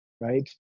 Right